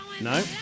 No